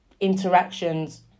interactions